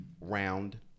Round